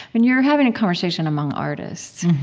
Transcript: and you're having a conversation among artists.